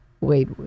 Wait